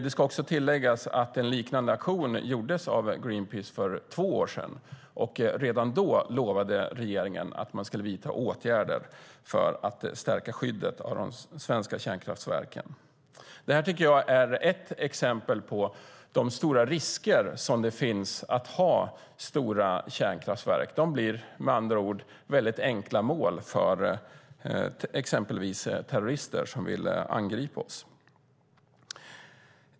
Det ska också tilläggas att en liknande aktion gjordes av Greenpeace för två år sedan, och redan då lovade regeringen att man skulle vidta åtgärder för att stärka skyddet av de svenska kärnkraftverken. Det här tycker jag är ett exempel på de stora risker som finns med att ha kärnkraftverk. De blir enkla mål för exempelvis terrorister som vill angripa oss.